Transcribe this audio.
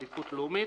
עדיפות לאומית,